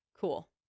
Cool